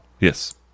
Yes